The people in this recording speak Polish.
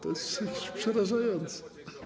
To jest przerażające.